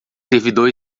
servidor